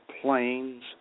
planes